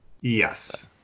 Yes